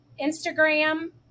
Instagram